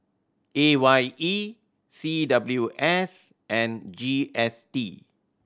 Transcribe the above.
A Y E C W S and G S T